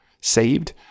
saved